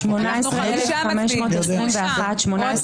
18,241 עד